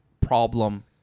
problem